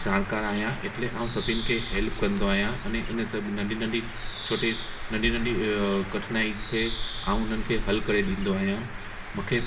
जानकार आहियां एटले ऐं सभिनि खे हैल्प कंदो आहियां अने इन सभु नंढी नंढी छोटी नंढी नंढी कठिनाई खे ऐं हुननि खे हल करे ॾींदो आहियां मूंखे